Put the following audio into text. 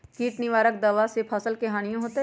किट निवारक दावा से फसल के हानियों होतै?